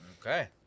Okay